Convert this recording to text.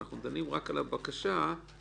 אנחנו דנים רק על הבקשה לדחות